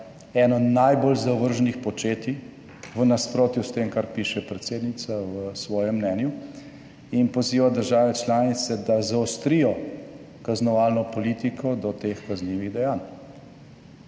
eno najbolj zavrženih početij v nasprotju s tem, kar piše predsednica v svojem mnenju in poziva države članice, da zaostrijo kaznovalno politiko do teh kaznivih dejanj.